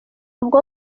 ubwo